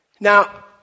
Now